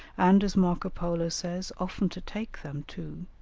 and, as marco polo says, often to take them too,